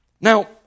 Now